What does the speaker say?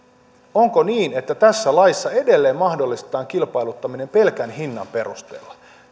onko niin että tässä laissa edelleen mahdollistetaan kilpailuttaminen pelkän hinnan perusteella